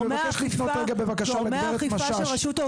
אני מבקש לפנות רגע לגברת משש,